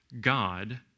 God